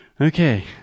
Okay